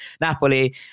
Napoli